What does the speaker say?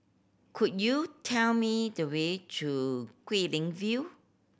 could you tell me the way to Guilin View